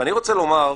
ואני רוצה לומר,